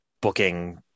booking